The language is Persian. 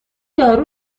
یارو